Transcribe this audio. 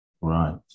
Right